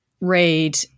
read